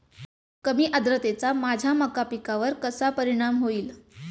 कमी आर्द्रतेचा माझ्या मका पिकावर कसा परिणाम होईल?